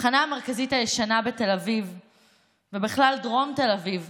התחנה המרכזית הישנה בתל אביב ודרום תל אביב